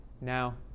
Now